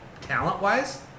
talent-wise